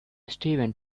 steven